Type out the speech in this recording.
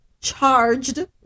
charged